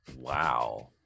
wow